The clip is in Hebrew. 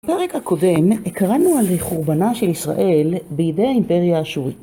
בפרק הקודם, הקראנו על חורבנה של ישראל בידי האימפריה האשורית.